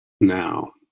Now